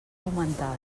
augmentada